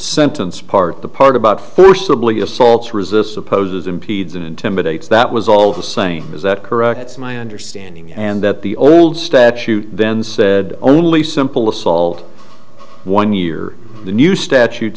sentence part the part about thirst sibly assaults resists opposes impedes and intimidates that was all the same is that correct it's my understanding and that the old statute then said only simple assault one year the new statute